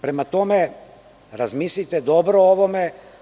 Prema tome, razmislite dobro o ovome.